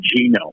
genome